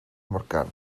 morgan